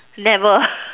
never